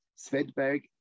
Svedberg